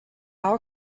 our